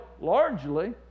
largely